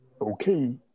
Okay